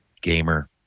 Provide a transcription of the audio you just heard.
gamer